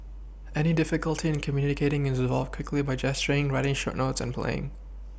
any difficulty in communicating is resolved quickly by gesturing writing short notes and playing